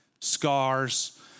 Scars